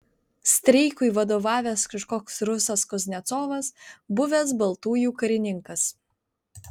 streikui vadovavęs kažkoks rusas kuznecovas buvęs baltųjų karininkas